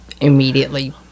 immediately